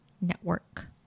Network